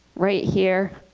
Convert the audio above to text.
right here,